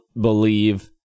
believe